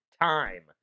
time